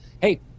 hey